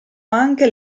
anche